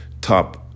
top